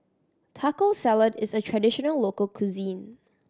Taco Salad is a traditional local cuisine